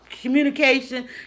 communication